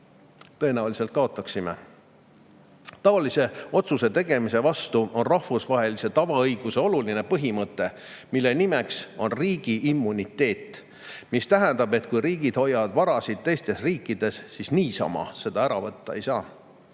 Tõenäoliselt kaotaksime. Taolise otsuse tegemise vastu [käib] rahvusvahelise tavaõiguse oluline põhimõte, mida nimetatakse riigi immuniteediks. See tähendab, et kui riigid hoiavad vara teistes riikides, siis niisama seda ära võtta ei saa,